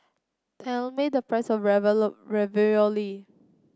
tell me the price of Ravioli